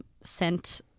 sent